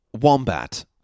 wombat